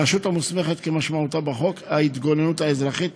הרשות המוסמכת כמשמעותה בחוק ההתגוננות האזרחית,